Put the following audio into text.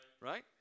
Right